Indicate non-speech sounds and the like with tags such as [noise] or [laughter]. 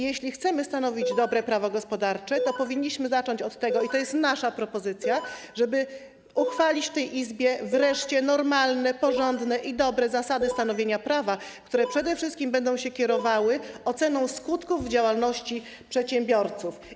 Jeśli chcemy stanowić dobre prawo gospodarcze, [noise] to powinniśmy zacząć od tego - i to jest nasza propozycja - żeby uchwalić w tej Izbie wreszcie normalne, porządne i dobre zasady stanowienia prawa, które przede wszystkim będą się kierowały oceną skutków w działalności przedsiębiorców.